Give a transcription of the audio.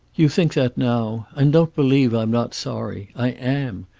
you think that now. and don't believe i'm not sorry. i am.